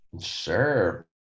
sure